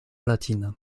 latine